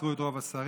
עצרו את רוב השרים,